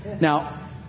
Now